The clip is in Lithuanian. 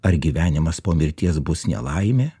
ar gyvenimas po mirties bus nelaimė